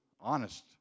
honest